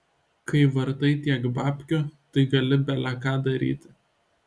kai vartai tiek babkių tai gali bele ką daryti